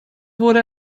wurde